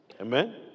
Amen